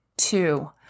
Two